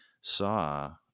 saw